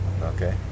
okay